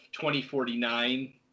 2049